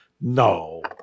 No